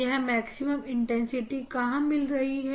यह maximum intensity कहां मिल रही है